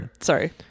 sorry